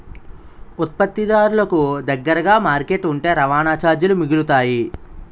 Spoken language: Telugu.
ఉత్పత్తిదారులకు దగ్గరగా మార్కెట్ ఉంటే రవాణా చార్జీలు మిగులుతాయి